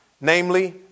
namely